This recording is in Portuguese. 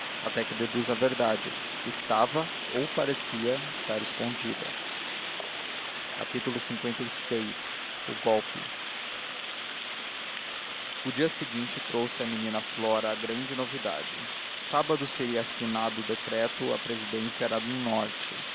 até que deduz a verdade que estava ou parecia estar escondida lvi o golpe o dia seguinte trouxe à menina flora a grande novidade sábado seria assinado o decreto a presidência era no norte